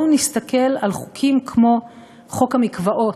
משום שבואו נסתכל על חוקים כמו חוק המקוואות,